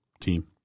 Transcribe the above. Team